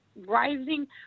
rising